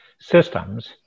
Systems